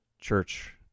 church